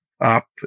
up